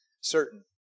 certain